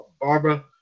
Barbara